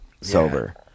sober